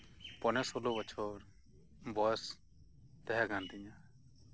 ᱯᱚᱱᱮᱨᱚ ᱥᱳᱞᱳ ᱵᱚᱪᱷᱚᱨ ᱵᱚᱭᱮᱥ ᱛᱟᱸᱦᱮ ᱠᱟᱱ ᱛᱤᱧᱟᱹ